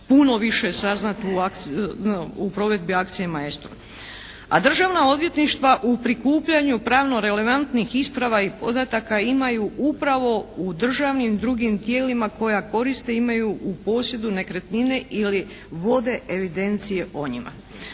puno više saznat u provedbi akcije "Maestro". A državna odvjetništva u prikupljanju pravno relevantnih isprava i podataka imaju upravo u državnim i drugim tijelima koja koristi imaju u posjedu nekretnine ili vode evidencije o njima.